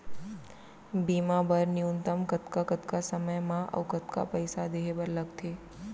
बीमा बर न्यूनतम कतका कतका समय मा अऊ कतका पइसा देहे बर लगथे